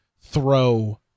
throw